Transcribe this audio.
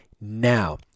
now